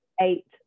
eight